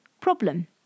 problem